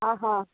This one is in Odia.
ଓହୋ